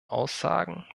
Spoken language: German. aussagen